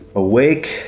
awake